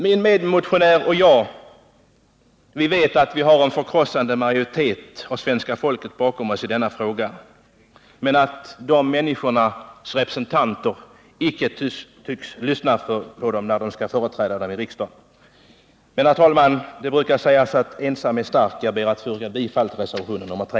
Min medmotionär och jag vet att vi har en förkrossande majoritet av svenska folket bakom oss i denna fråga. Men ledamöterna tycks inte lyssna på människorna, innan de företräder dem i riksdagen. Det brukar emellertid sägas, herr talman, att ensam är stark. Jag ber att få yrka bifall till reservationen 3.